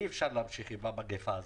אי-אפשר להמשיך עם המגפה הזאת.